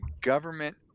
government